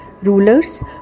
Rulers